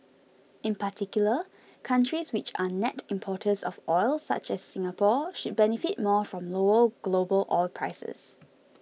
in particular countries which are net importers of oil such as Singapore should benefit more from lower global oil prices